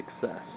success